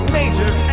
Major